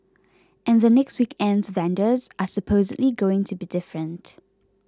and the next weekend's vendors are supposedly going to be different